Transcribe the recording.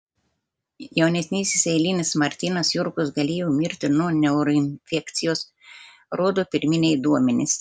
jaunesnysis eilinis martynas jurkus galėjo mirti nuo neuroinfekcijos rodo pirminiai duomenys